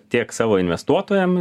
tiek savo investuotojam